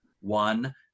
one